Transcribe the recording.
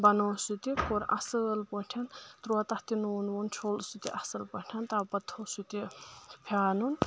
بنوو سُہ تہِ کوٚر اَصۭل پٲٹھۍ تروو تَتھ تہِ نوٗن ووٗن چھوٚل سُہ تہِ اَصٕل پٲٹھۍ تَو پَتہٕ تھوٚو سُہ تہِ پھِیانُن